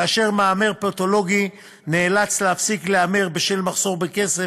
כאשר מהמר פתולוגי נאלץ להפסיק להמר בשל מחסור בכסף,